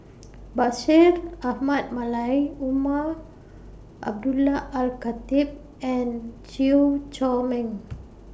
Bashir Ahmad Mallal Umar Abdullah Al Khatib and Chew Chor Meng